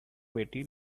betty